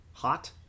Hot